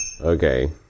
Okay